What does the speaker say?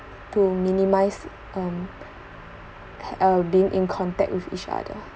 to minimize um hav~ being in contact with each other